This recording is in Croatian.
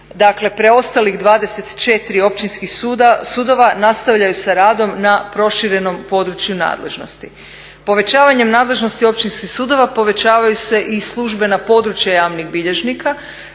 Dakle, preostalih 24 općinskih sudova nastavljaju sa radom na proširenom području nadležnosti. Povećavanjem nadležnosti općinskih sudova povećavaju se i službena područja javnih bilježnika